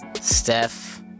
Steph